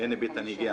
בעד - רוב נגד